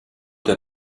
der